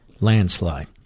landslide